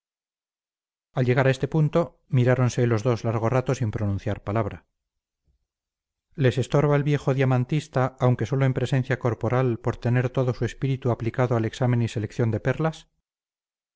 al llegar a este punto miráronse los dos largo rato sin pronunciar palabra les estorbaba el viejo diamantista aunque sólo en presencia corporal por tener todo su espíritu aplicado al examen y selección de perlas